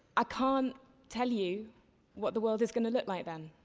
i can't tell you what the world is going to look like then.